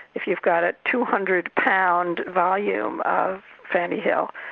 if you've got a two hundred pound volume of fanny hill,